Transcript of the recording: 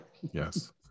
Yes